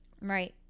Right